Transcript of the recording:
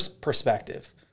perspective